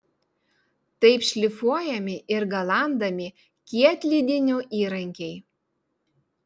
taip šlifuojami ir galandami kietlydinių įrankiai